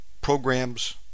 programs